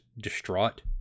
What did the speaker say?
distraught